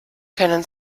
können